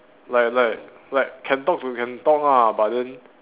like like like can talk to can talk lah but then